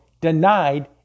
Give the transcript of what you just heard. denied